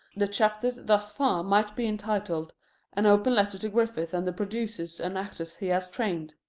the chapters thus far might be entitled an open letter to griffith and the producers and actors he has trained.